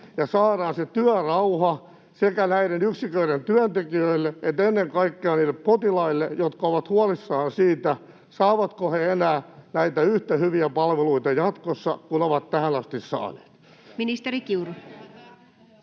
saadaan se työrauha sekä näiden yksiköiden työntekijöille että ennen kaikkea niille potilaille, jotka ovat huolissaan siitä, saavatko he enää jatkossa yhtä hyviä palveluita kuin ovat tähän asti saaneet? [Speech 108]